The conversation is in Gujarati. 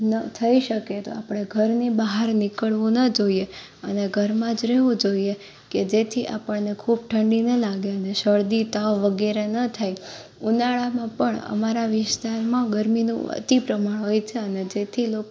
ન થઈ શકે તો આપણે ઘરની બહાર નીકળવું ન જોઈએ અને ઘરમાં જ રહેેવું જોઈએ કે જેથી આપણને ખૂબ ઠંડી ન લાગે અને શરદી તાવ વગેરે ન થાય ઉનાળામાં પણ અમારા વિસ્તારમાં ગરમીનું અતિ પ્રમાણ હોય છે અને જેથી લોકો